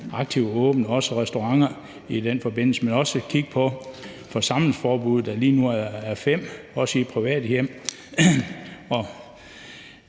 aktivt at åbne, også restauranter i den forbindelse; man kunne også kigge på forsamlingsloftet, der lige nu er på fem, også i private hjem.